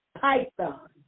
python